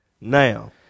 Now